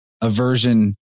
aversion